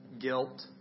guilt